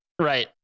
Right